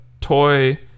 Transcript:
toy